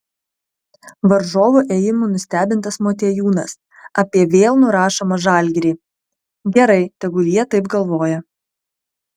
varžovų ėjimų nustebintas motiejūnas apie vėl nurašomą žalgirį gerai tegul jie taip galvoja